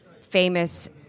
famous